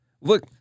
Look